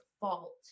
fault